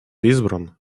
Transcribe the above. избран